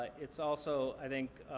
it's also, i think,